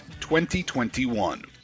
2021